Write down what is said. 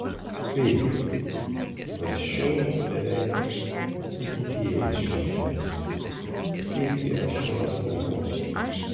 kaip svarsčiau beveik įtikėjęs šiuo feniksu kaipgi aš juos globosiu